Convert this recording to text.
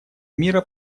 мира